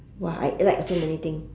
!wah! I like so many thing